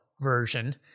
version